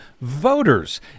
voters